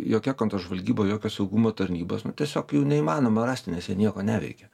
jokia kontržvalgyba jokios saugumo tarnybos nu tiesiog jų neįmanoma rasti nes jie nieko neveikia